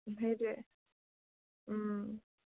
সেইটোৱেই